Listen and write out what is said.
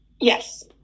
Yes